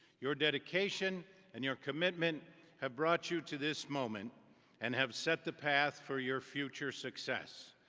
your dedication and your commitment have brought you to this moment and have set the path for your future success.